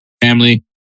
family